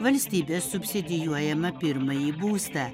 valstybės subsidijuojamą pirmąjį būstą